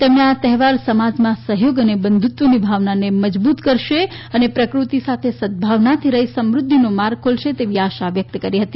તેમણે આ અહેવાર સમાજમાં સહયોગ અને બંધુત્વની ભાવનાને મજબુત કરશે અને પ્રકૃતિ સાથે સદભાવનાથી રહી સમૃધ્યિનો માર્ગ ખોલશે તેવી આશા વ્યકત કરી હતી